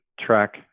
track